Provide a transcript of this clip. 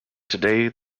today